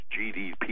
GDP